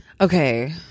Okay